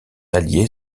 allié